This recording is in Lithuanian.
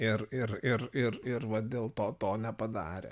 ir ir ir ir ir vat dėl to to nepadarė